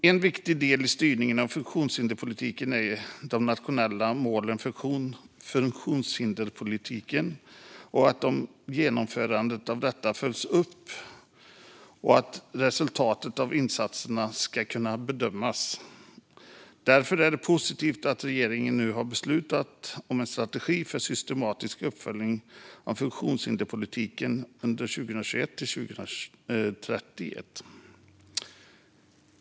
En viktig del i styrningen av funktionshinderspolitiken är att det nationella målet för funktionshinderspolitiken och genomförandet av detta följs upp och att resultatet av insatserna kan bedömas. Det är därför positivt att regeringen har beslutat om en strategi för systematisk uppföljning av funktionshinderspolitiken under 2021-2031.